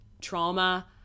Trauma